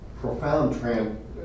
profound